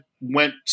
went